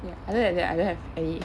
ya other than that I don't have any